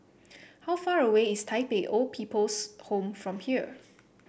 how far away is Tai Pei Old People's Home from here